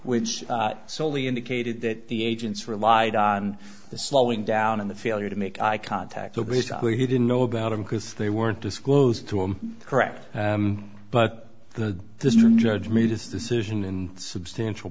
which soley indicated that the agents relied on the slowing down and the failure to make eye contact which he didn't know about and because they weren't disclosed to him correct but the this judge me just decision in substantial